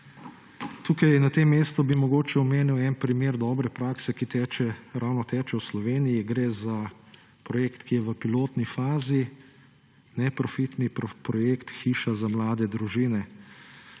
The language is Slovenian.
Na tem mestu bi mogoče omenil en primer dobre prakse, ki ravno teče v Sloveniji. Gre za projekt, ki je v pilotni fazi, neprofitni projekt Hiša za mlade družine.